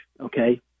Okay